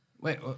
wait